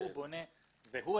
זה ברור.